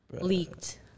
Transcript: leaked